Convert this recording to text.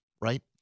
right